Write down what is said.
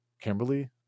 Kimberly